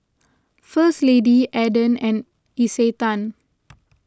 First Lady Aden and Isetan